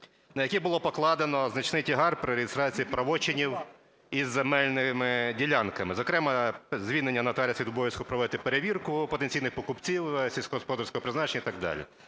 на яких було покладено значний тягар при реєстрації правочинів із земельними ділянками, зокрема звільнення нотаріусів від обов'язку проводити перевірку потенційних покупців сільськогосподарського призначення і так далі.